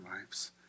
lives